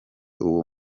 uwo